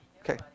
okay